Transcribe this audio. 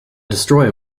destroyer